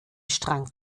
strang